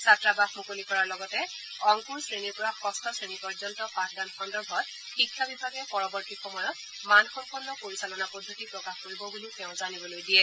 ছাত্ৰাবাস মুকলি কৰাৰ লগতে অংকুৰ শ্ৰেণীৰ পৰা যষ্ঠ শ্ৰেণী পৰ্যন্ত পাঠদান সন্দৰ্ভত শিক্ষা বিভাগে পৰৱৰ্তী সময়ত মানসম্পন্ন পৰিচালনা পদ্ধতি প্ৰকাশ কৰিব বুলিও তেওঁ জানিবলৈ দিয়ে